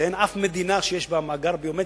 האמירה שאין אף מדינה שיש בה מאגר ביומטרי,